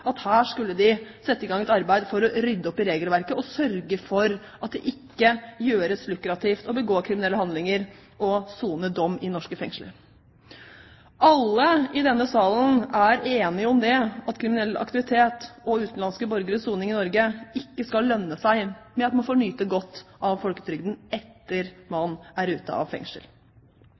at her skulle de sette i gang et arbeid for å rydde opp i regelverket og sørge for at det ikke gjøres lukrativt å begå kriminelle handlinger og sone dom i norske fengsler. Alle i denne salen er enige om at kriminell aktivitet og utenlandske borgeres soning i Norge ikke skal lønne seg ved at man får nyte godt av folketrygdens ytelser etter at man er ute av